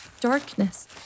Darkness